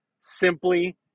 Simply